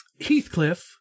Heathcliff